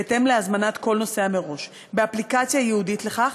בהתאם להזמנת כל נוסע מראש באפליקציה ייעודית לכך,